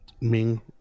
Ming